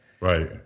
Right